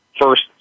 first